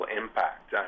impact